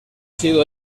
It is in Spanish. sido